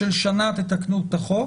שתתקן את החוק